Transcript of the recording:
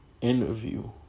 interview